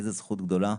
איזו זכות גדולה.